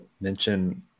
mention